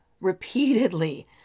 repeatedly